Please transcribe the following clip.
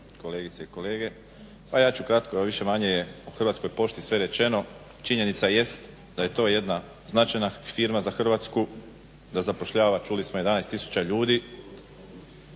kolegice i kolege. Pa ja ću kratko, više-manje je o Hrvatskoj pošti sve rečeno. Činjenica jest da je to jedna značajna firma za Hrvatsku, da zapošljava čuli smo 11000 ljudi,